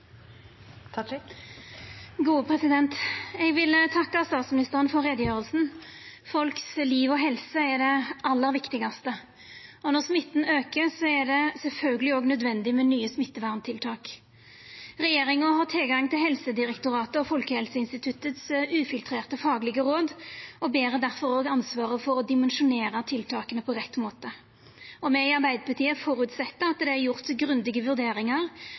det aller viktigaste, og når smitten aukar, er det sjølvsagt òg nødvendig med nye smitteverntiltak. Regjeringa har tilgang til dei ufiltrerte faglege råda til Helsedirektoratet og Folkehelseinstituttet og ber difor òg ansvaret for å dimensjonera tiltaka på rett måte. Me i Arbeidarpartiet føreset at det er gjort grundige vurderingar